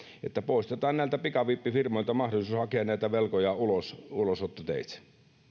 että poistetaan näiltä pikavippifirmoilta mahdollisuus hakea näitä velkoja ulosottoteitse